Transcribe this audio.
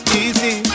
easy